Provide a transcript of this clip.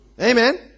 amen